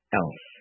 else